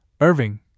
Irving